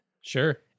Sure